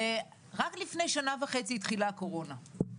רק לפני שנה וחצי התחילה הקורונה,